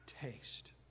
taste